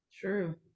true